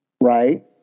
right